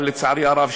אבל לצערי הרב,